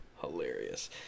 hilarious